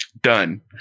Done